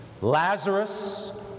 Lazarus